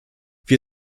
wir